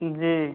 जी